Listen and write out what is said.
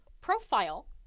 profile